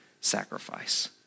sacrifice